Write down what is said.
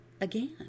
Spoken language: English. again